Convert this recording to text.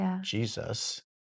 jesus